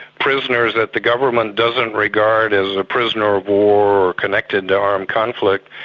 prisoners that the government doesn't regard as a prisoner-of-war or connected to armed conflict.